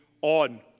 on